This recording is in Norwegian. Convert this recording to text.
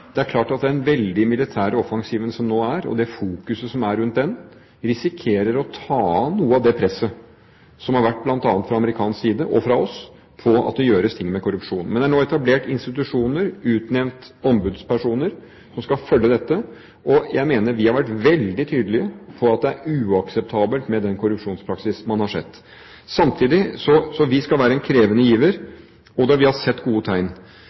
Det er klart at den veldige, militære offensiven som nå skjer, og det fokuset som er rundt den, risikerer å ta av noe av det presset som har vært bl.a. fra amerikansk side og fra oss, på at det gjøres noe med korrupsjon. Men det er nå etablert institusjoner og utnevnt ombudspersoner som skal følge dette. Jeg mener at vi har vært veldig tydelige på at det er uakseptabelt med den korrupsjonspraksis man har sett. Vi skal være en krevende giver, og vi har sett gode tegn.